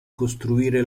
costruire